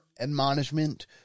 admonishment